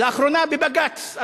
לאחרונה בבג"ץ,